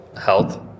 health